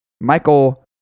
Michael